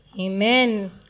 Amen